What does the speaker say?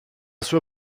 sua